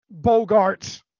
Bogarts